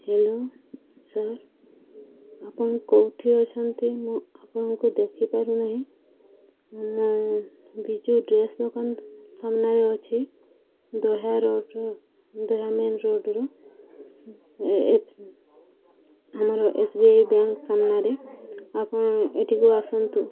hello sir ଆପଣ କେଉଁଠି ଅଛନ୍ତି ମୁଁ ଆପଣଙ୍କୁ ଦେଖିପାରୁନାହିଁ ମୁଁ ବିଜୁ ଡ୍ରେସ୍ ଦୋକାନ ସାମ୍ନାରେ ଅଛି ଦହ୍ୟା ରୋଡ଼୍ର ଦହ୍ୟା ମେନ୍ ରୋଡ଼୍ର ଆମର ଏସ୍ ବି ଆଇ ବ୍ୟାଙ୍କ୍ ସାମ୍ନାରେ ଆପଣ ଏଇଠିକୁ ଆସନ୍ତୁ